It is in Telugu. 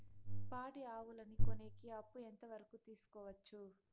పాడి ఆవులని కొనేకి అప్పు ఎంత వరకు తీసుకోవచ్చు?